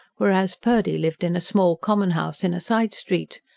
whereas purdy lived in a small, common house in a side street.